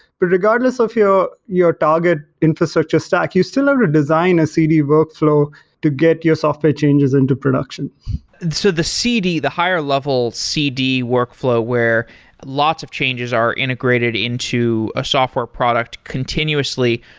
but regardless of your your target infrastructure stack, you still have a design a cd workflow to get your software changes into production so the cd, the higher level cd workflow where lots of changes are integrated into a software product continuously,